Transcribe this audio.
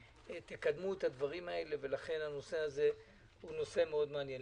תקדמו את הדברים האלה ולכן הנושא הזה מעניין מאוד.